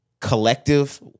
collective